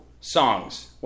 songs